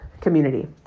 community